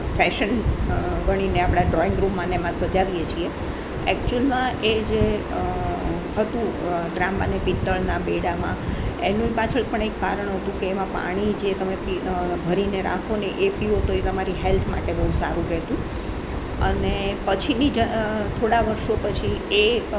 fashion ગણીને આપણા drawing રૂમમાંને એમાં સજાવીએ છીએ એક્ચ્યુઅલમાં એ જે હતું ત્રાંબા અને પિત્તળના બેડામાં એની પાછળ પણ એક કારણ હતું કે એમાં પાણી જે તમે પી ભરીને રાખોને એ પીવો તો એ તમારી હેલ્થ માટે બહુ સારું રહેતું અને પછીના થોડા વર્ષો પછી એ